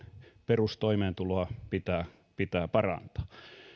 perustoimeentuloa parantaa